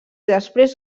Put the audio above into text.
després